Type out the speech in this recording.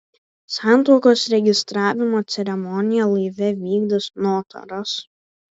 santuokos registravimo ceremoniją laive vykdys notaras